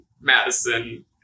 Madison